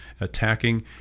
attacking